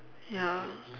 ya